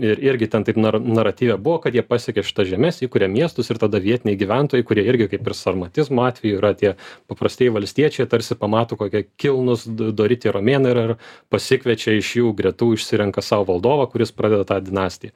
ir irgi ten taip nar naratyve buvo kad jie pasiekia šitas žemes įkuria miestus ir tada vietiniai gyventojai kurie irgi kaip ir sarmatizmo atveju yra tie paprastieji valstiečiai jie tarsi pamato kokie kilnūs d dori tie romėnai ir ir pasikviečia iš jų gretų išsirenka sau valdovą kuris pradeda tą dinastiją